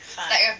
fine